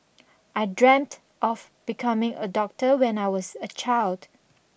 I dreamt of becoming a doctor when I was a child